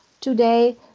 today